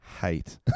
hate